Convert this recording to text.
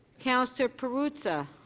councillor perruzza